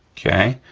okay?